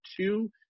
two